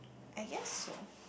I guess so